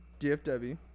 DFW